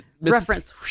Reference